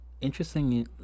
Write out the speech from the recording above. interestingly